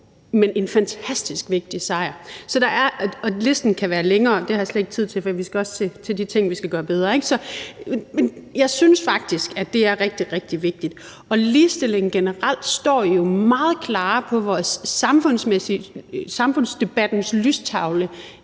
men en fantastisk vigtig sejr. Og listen kan være længere; det har jeg slet ikke tid til at komme ind på, for vi skal også over til de ting, vi skal gøre bedre. Men jeg synes faktisk, at det er rigtig, rigtig vigtigt. Ligestillingen generelt står jo meget klarere på samfundsdebattens lystavle,